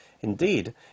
Indeed